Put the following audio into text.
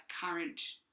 current